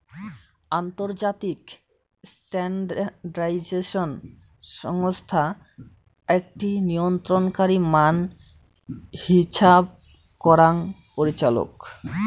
আন্তর্জাতিক স্ট্যান্ডার্ডাইজেশন সংস্থা আকটি নিয়ন্ত্রণকারী মান হিছাব করাং পরিচালক